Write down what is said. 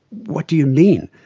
what do you mean?